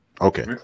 okay